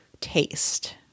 taste